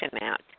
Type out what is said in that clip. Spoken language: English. out